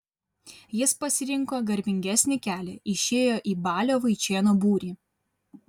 jis pasirinko garbingesnį kelią išėjo į balio vaičėno būrį